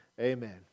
Amen